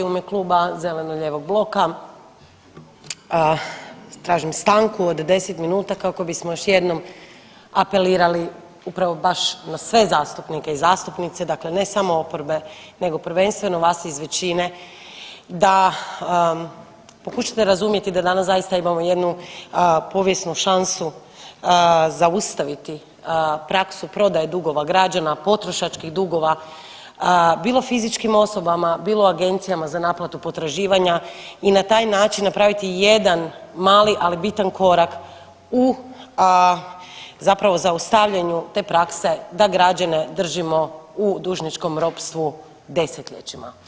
U ime Kluba zeleno-lijevog bloka tražim stanku od 10 minuta kako bismo još jednom apelirali upravo baš na sve zastupnike i zastupnice, dakle ne samo oporbe, nego prvenstveno vas iz većine da pokušate razumjeti da danas zaista imamo jednu povijesnu šansu zaustaviti praksu prodaje dugova građana, potrošačkih dugova, bilo fizičkim osobama, bilo agencijama za naplatu potraživanja i na taj način napraviti jedan mali, ali bitan korak u zapravo zaustavljanju te prakse da građane držimo u dužničkom ropstvu desetljećima.